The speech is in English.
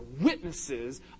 witnesses